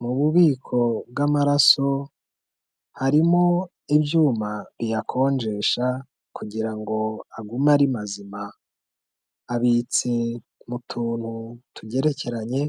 Mu bubiko bw'amaraso harimo ibyuma biyakonjesha kugira ngo agume ari mazima. Abitse mu tuntu tugerekeranye,